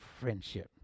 friendship